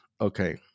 okay